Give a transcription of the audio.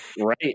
Right